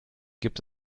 gibt